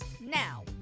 Now